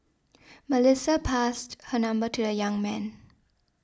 Melissa passed her number to a young man